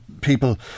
people